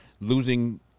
Losing